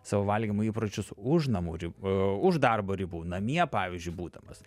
savo valgymo įpročius už namų rib už darbo ribų namie pavyzdžiui būdamas